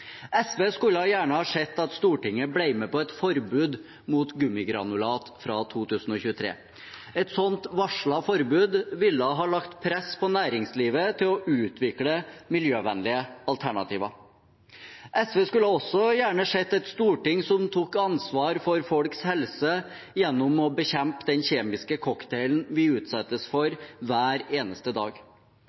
SV skulle gjerne sett at Stortinget ble med på et forbud mot gummigranulat fra 2023. Et slikt varslet forbud ville ha lagt press på næringslivet til å utvikle miljøvennlige alternativer. SV skulle også gjerne sett et storting som tok ansvar for folks helse gjennom å bekjempe den kjemiske cocktailen vi utsettes for hver eneste dag.